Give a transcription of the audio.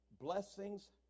blessings